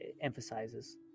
emphasizes